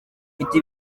mfite